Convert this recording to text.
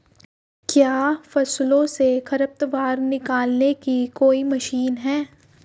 क्या फसलों से खरपतवार निकालने की कोई मशीन है?